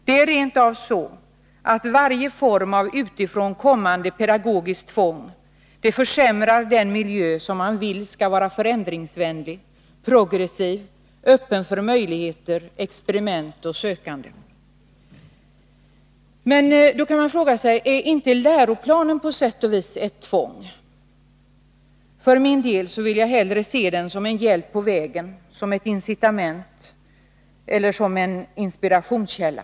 Det är rent av så, att varje form av utifrån kommande pedagogiskt tvång försämrar den miljö som man vill skall vara förändringsvänlig, progressiv och öppen för möjligheter, experiment och sökande. Man kan då fråga sig om inte läroplanen på sätt och vis är ett tvång. För min del vill jag hellre se den som en hjälp på vägen, som ett incitament eller en väsendet gemensamma frågor inspirationskälla.